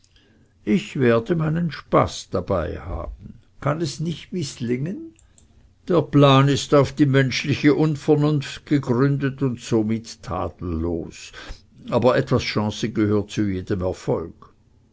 ich werde meinen spaß dabei haben kann es nicht mißlingen der plan ist auf die menschliche unvernunft gegründet und somit tadellos aber etwas chance gehört zu jedem erfolg